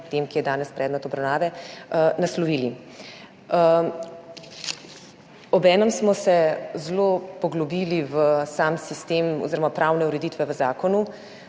tem, ki je danes predmet obravnave. Obenem smo se zelo poglobili v sam sistem oziroma pravne ureditve v zakonu.